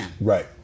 Right